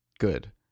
good